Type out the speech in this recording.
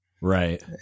Right